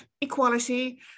equality